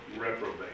reprobate